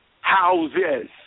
houses